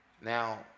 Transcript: now